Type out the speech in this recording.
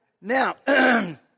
Now